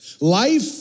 Life